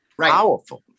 powerful